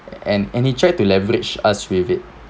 and and he tried to leverage us with it